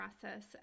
process